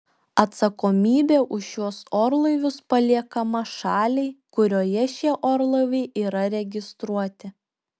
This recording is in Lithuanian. atsakomybė už šiuos orlaivius paliekama šaliai kurioje šie orlaiviai yra registruoti